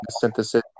synthesis